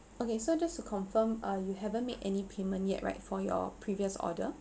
okay so just to confirm uh you haven't made any payment yet right for your previous order